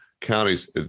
counties